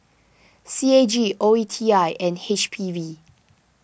C A G O E T I and H P V